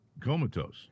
comatose